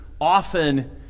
often